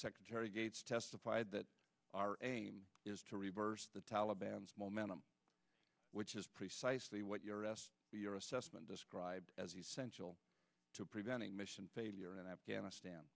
secretary gates testified that our aim is to reverse the taliban's momentum which is precisely what your s your assessment described as essential to preventing mission failure in afghanistan